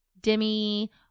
Demi